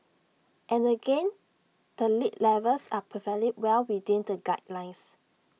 and again the lead levels are perfectly well within the guidelines